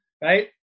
Right